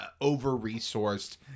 over-resourced